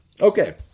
Okay